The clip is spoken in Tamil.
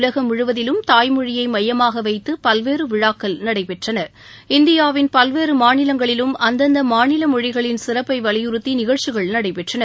உலகம் முழுவதிலும் தாய்மொழியை மையமாக வைத்து பல்வேறு விழாக்கள் நடைபெற்றன இந்தியாவின் பல்வேறு மாநிலங்களிலும் அந்தந்த மாநில மொழிகளின் சிறப்பை வலியுறுத்தி நிகழ்ச்சிகள் நடைபெற்றன